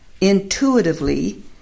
Intuitively